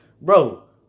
bro